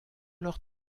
leur